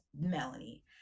melanie